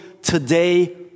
today